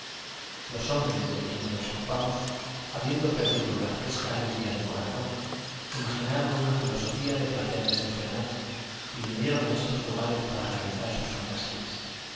los hombres de quienes nos ocupamos habiendo perdido la fresca alegría del corazón imaginaron una filosofía de placer desenfrenado y vinieron a estos lugares para realizar sus fantasías